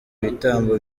ibitambo